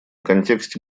контексте